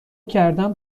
کردن